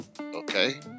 Okay